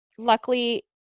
Luckily